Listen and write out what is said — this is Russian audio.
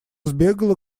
сбегала